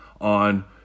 on